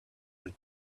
and